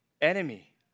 enemy